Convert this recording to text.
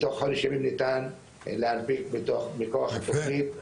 בתוך חודש ימים ניתן להנפיק היתרי בנייה.